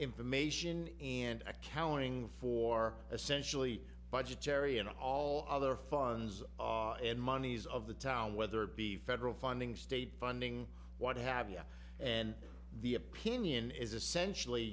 information and accounting for essentially budgetary and all other funds and monies of the town whether it be federal funding state funding what have you and the opinion is essentially